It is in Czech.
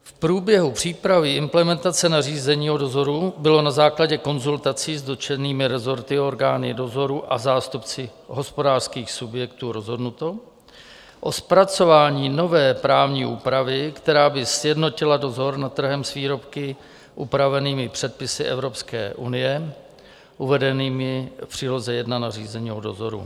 V průběhu přípravy implementace nařízení o dozoru bylo na základě konzultací s dotčenými rezorty a orgány dozoru a zástupci hospodářských subjektů rozhodnuto o zpracování nové právní úpravy, která by sjednotila dozor nad trhem s výrobky, upravenými předpisy EU uvedenými v příloze 1 nařízení o dozoru.